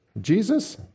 Jesus